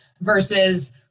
versus